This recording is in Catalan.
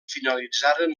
finalitzaren